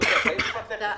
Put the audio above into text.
אתה